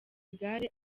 igare